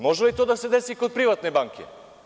Može li to da se desi kod privatne banke?